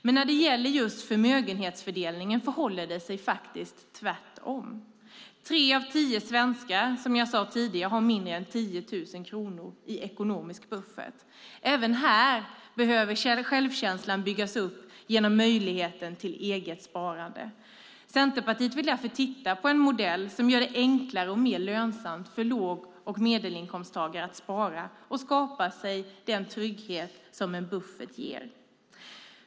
Men när det gäller förmögenhetsfördelningen förhåller det sig tvärtom. Som jag sade tidigare har tre av tio svenskar mindre än 10 000 kronor i ekonomisk buffert. Även här behöver självkänslan byggas upp genom möjligheten till eget sparande. Centerpartiet vill därför titta på en modell som gör det enklare och mer lönsamt för låg och medelinkomsttagare att spara och skapa sig den trygghet som en buffert ger.